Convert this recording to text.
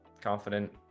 confident